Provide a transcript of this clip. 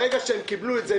ברגע שהם קיבלו את זה,